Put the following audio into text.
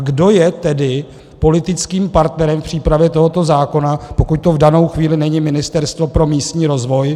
Kdo je tedy politickým partnerem přípravy tohoto zákona, pokud to v danou chvíli není Ministerstvo pro místní rozvoj?